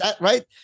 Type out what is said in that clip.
right